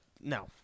no